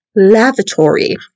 lavatory